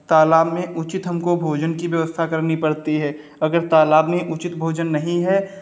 तालाब में उचित हमको भोजन की व्यवस्था करनी पड़ती है अगर तालाब में उचित भोजन नहीं है